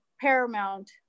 paramount